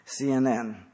CNN